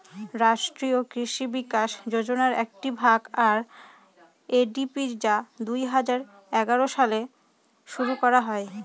রাষ্ট্রীয় কৃষি বিকাশ যোজনার একটি ভাগ আর.এ.ডি.পি যা দুই হাজার এগারো সালে শুরু করা হয়